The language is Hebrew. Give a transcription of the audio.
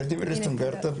ולדימיר ליסטנגרטן,